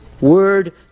word